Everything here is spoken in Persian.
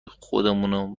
خودمونه